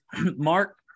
Mark